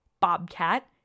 Bobcat